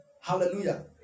Hallelujah